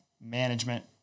management